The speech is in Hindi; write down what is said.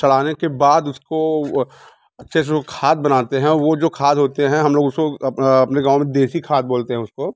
सड़ाने के बाद उसको अच्छे से वो खाद बनाते हैं वो जो खाद होते हैं हम लोग उसकाे अपने गाँव में देसी खाद बोलते हैं उसको